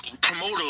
promoter